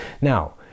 Now